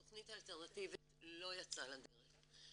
התכנית האלטרנטיבית לא יצאה לדרך.